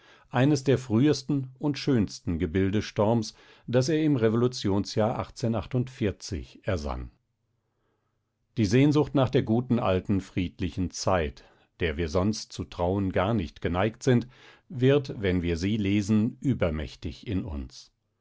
eines der frühesten und schönsten gebilde storms das er im revolution ersann die sehnsucht nach der guten friedlichen zeit der wir sonst zu trauen gar nicht geneigt sind wird wenn wir sie lesen übermächtig in uns